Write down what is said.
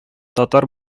татар